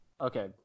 okay